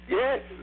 yes